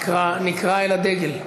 נקרא אל הדגל.